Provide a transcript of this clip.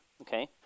okay